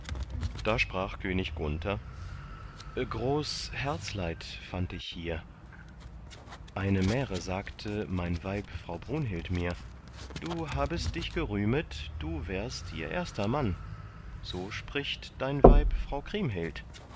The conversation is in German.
da sprach könig gunther groß herzleid fand ich hier eine märe sagte mein weib frau brunhild mir du habest dich gerühmet du wärst ihr erster mann so spricht dein weib frau kriemhild